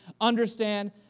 understand